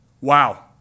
wow